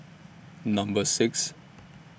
Number six